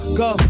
go